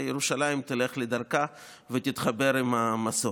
ו"ירושלים" תלך לדרכה ותתחבר עם המסורת.